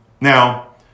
Now